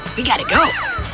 we gotta go!